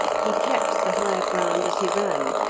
he kept the higher ground as he ran,